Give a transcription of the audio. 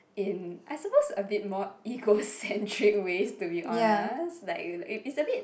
in I suppose a bit more egocentric ways to be honest like it's a bit